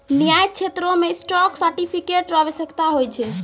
न्याय क्षेत्रो मे स्टॉक सर्टिफिकेट र आवश्यकता होय छै